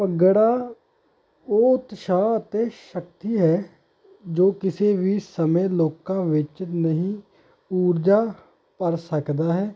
ਭੰਗੜਾ ਉਹ ਉਤਸ਼ਾਹ ਅਤੇ ਸ਼ਕਤੀ ਹੈ ਜੋ ਕਿਸੇ ਵੀ ਸਮੇਂ ਲੋਕਾਂ ਵਿੱਚ ਨਈਂ ਊਰਜਾ ਭਰ ਸਕਦਾ ਹੈ